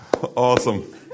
Awesome